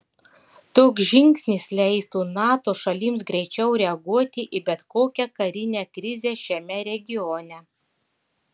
toks žingsnis leistų nato šalims greičiau reaguoti į bet kokią karinę krizę šiame regione